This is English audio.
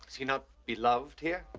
is he not beloved here?